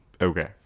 Okay